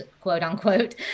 quote-unquote